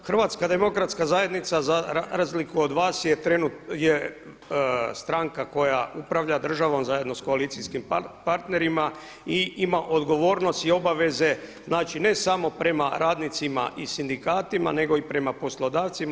Hrvatska demokratska zajednica za razliku od vas je stranka koja upravlja državom zajedno sa koalicijskim partnerima i ima odgovornost i obaveze, znači ne samo prema radnicima i sindikatima, nego i prema poslodavcima.